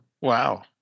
Wow